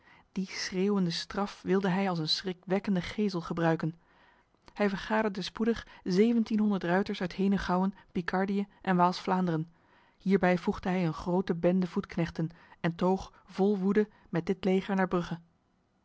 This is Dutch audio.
die schreeuwende straf wilde hij als een schrikwekkende gesel gebruiken hij vergaderde spoedig zeventienhonderd ruiters uit henegouwen picardië en waals vlaanderen hierbij voegde hij een grote bende voetknechten en toog vol woede met dit leger naar brugge